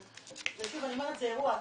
שוב, זה אירוע.